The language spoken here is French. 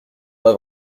pas